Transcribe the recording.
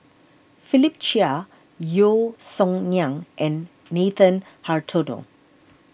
Philip Chia Yeo Song Nian and Nathan Hartono